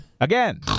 Again